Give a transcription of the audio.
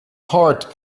heart